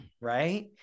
Right